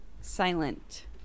silent